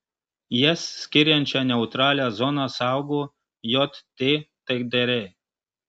jas skiriančią neutralią zoną saugo jt taikdariai